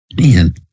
Man